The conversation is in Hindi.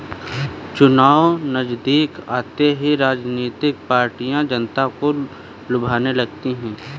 चुनाव नजदीक आते ही राजनीतिक पार्टियां जनता को लुभाने लगती है